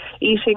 eating